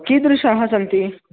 कीदृशाः सन्ति